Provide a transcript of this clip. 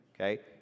okay